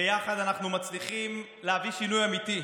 ויחד אנחנו מצליחים להביא שינוי אמיתי.